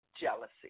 jealousy